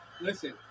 listen